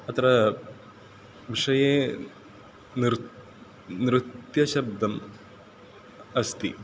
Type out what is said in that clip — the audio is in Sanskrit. अत्र विषये नृत्यं नृत्यशब्दम् अस्ति